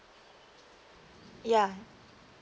yeah